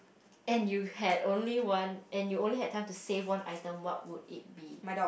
and you had only one and you only had time to save one item what would it be